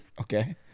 Okay